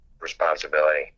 responsibility